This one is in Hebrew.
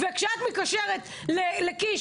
וכשאת מתקשרת לקיש,